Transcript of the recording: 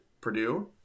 Purdue